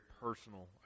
personal